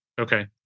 Okay